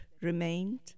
remained